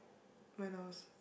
when I was